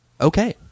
Okay